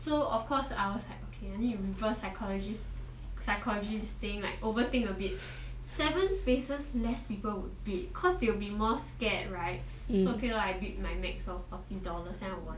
so of course I was like okay I need reverse psychology to staying like overthink a bit seven spaces less people would bid cause they will be more scared right so okay lah I bid my max of forty dollars so I won